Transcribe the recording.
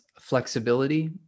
flexibility